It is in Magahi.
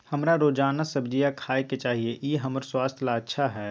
हमरा रोजाना सब्जिया खाय के चाहिए ई हमर स्वास्थ्य ला अच्छा हई